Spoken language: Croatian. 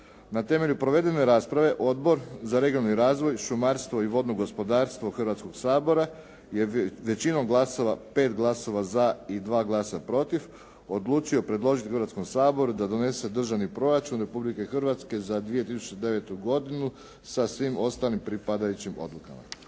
Na temelju provedene rasprave Odbor za regionalni razvoj, šumarstvo i vodno gospodarstvo Hrvatskoga sabora je većinom glasova 5 glasova za i 2 glasa protiv odlučio predložiti Hrvatskom saboru da donese Državni proračun Republike Hrvatske za 2009. godinu sa svim ostalim pripadajućim odlukama.